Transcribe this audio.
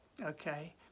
Okay